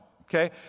okay